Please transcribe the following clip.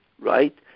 right